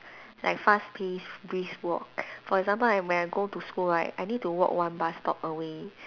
like fast paced brisk walk for example I when I go to school right I need to walk one bus stop away